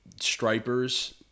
stripers